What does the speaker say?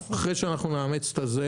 אחרי שנאמץ את זה.